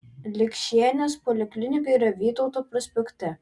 likšienės poliklinika yra vytauto prospekte